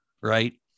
right